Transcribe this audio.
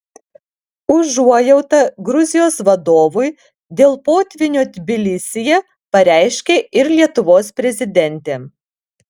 užuojautą gruzijos vadovui dėl potvynio tbilisyje pareiškė ir lietuvos prezidentė